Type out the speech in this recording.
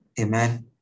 Amen